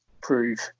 prove